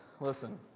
listen